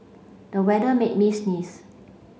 the weather made me sneeze